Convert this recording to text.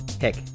Heck